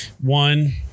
one